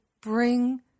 bring